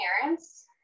parents